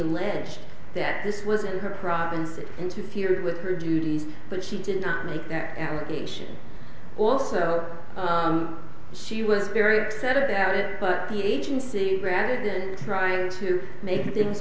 alleged that this was in her province into theory with her duties but she did not make that allegation also she was very upset about it but the agency granted and trying to make things